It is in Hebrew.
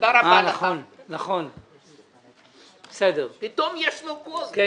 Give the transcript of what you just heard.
אני